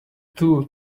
tool